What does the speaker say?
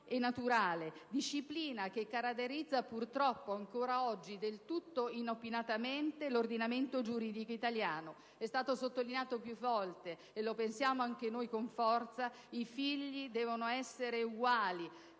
e naturale; disciplina che caratterizza purtroppo ancora oggi, del tutto inopinatamente, l'ordinamento giuridico italiano. È stato sottolineato più volte, e lo pensiamo anche noi con forza, che i figli devono essere uguali,